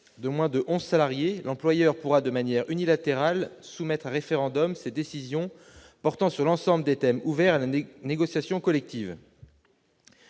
de moins de 11 salariés, l'employeur pourra, de manière unilatérale, soumettre à référendum ses décisions portant sur l'ensemble des thèmes ouverts à la négociation collective.